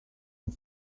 aux